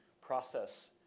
process